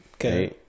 Okay